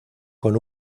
con